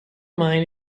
mind